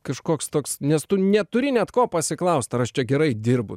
kažkoks toks nes tu neturi net ko pasiklaust ar aš čia gerai dirbu